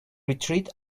retreat